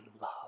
love